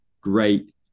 Great